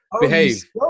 behave